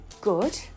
good